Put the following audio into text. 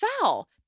Foul